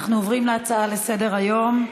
נעבור להצעות לסדר-היום בנושא: